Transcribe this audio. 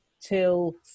till